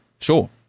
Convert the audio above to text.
Sure